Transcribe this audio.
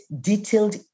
detailed